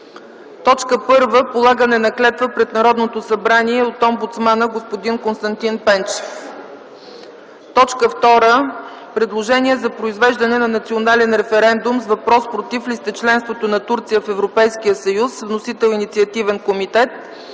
2010 г. 1. Полагане на клетва пред Народното събрание от омбудсмана господин Константин Пенчев. 2. Предложение за произвеждане на национален референдум с въпрос: „Против ли сте членството на Турция в Европейския съюз?”, с вносител - Инициативен комитет,